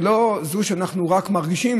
ולא שאנחנו רק מרגישים,